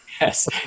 Yes